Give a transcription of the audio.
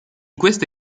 questa